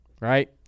right